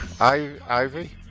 Ivy